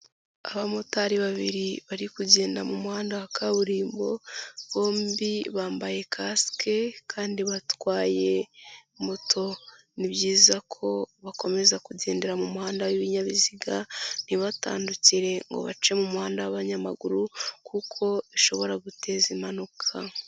Abamotari babiri bari kugenda mu muhanda wa kaburimbo bombi bambaye kasike kandi batwaye moto ni byiza ko bakomeza kugendera mu muhanda w'ibinyabiziga ntibatandukire ngo bace mu muhanda w'abanyamaguru kuko bishobora guteza impanuka.